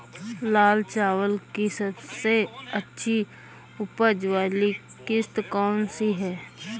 लाल चावल की सबसे अच्छी उपज वाली किश्त कौन सी है?